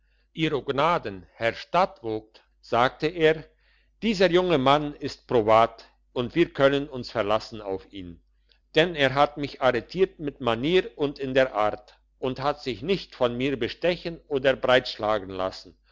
ihro gnaden herr stadtvogt sagte er dieser junge mann ist probat und wir können uns verlassen auf ihn denn er hat mich arretiert mit manier und in der art und hat sich nicht von mir bestechen oder breitschlagen lassen